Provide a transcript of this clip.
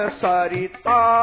sarita